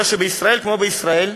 אלא שבישראל, כמו בישראל,